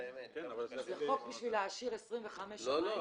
אז החוק הוא בשביל להעשיר 25 שמאים?